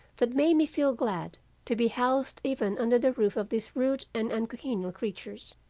that made me feel glad to be housed even under the roof of these rude and uncongenial creatures.